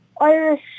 irish